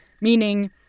Meaning